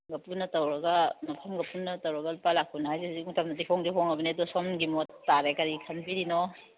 ꯒ ꯄꯨꯟꯅ ꯇꯧꯔꯒ ꯃꯐꯝꯒ ꯄꯨꯟꯅ ꯇꯧꯔꯒ ꯂꯨꯄꯥ ꯂꯥꯛ ꯀꯨꯟ ꯍꯥꯏꯔꯤꯁꯦ ꯍꯧꯖꯤꯛ ꯃꯇꯝꯗꯗꯤ ꯍꯣꯡꯗꯤ ꯍꯣꯡꯂꯕꯅꯦ ꯑꯗꯨ ꯁꯣꯝꯒꯤ ꯃꯣꯠ ꯇꯥꯔꯦ ꯀꯔꯤ ꯈꯟꯕꯤꯔꯤꯅꯣ